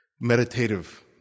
meditative